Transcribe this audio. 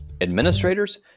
administrators